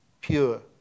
pure